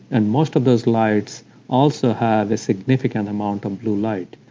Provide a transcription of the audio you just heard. and most of those lights also have a significant amount of blue light,